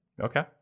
Okay